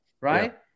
right